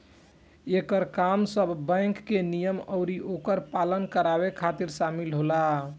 एकर काम सब बैंक के नियम अउरी ओकर पालन करावे खातिर शामिल होला